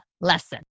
lesson